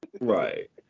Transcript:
right